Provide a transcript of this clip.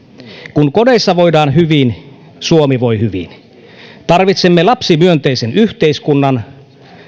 kun kodeissa voidaan hyvin suomi voi hyvin tarvitsemme lapsimyönteisen yhteiskunnan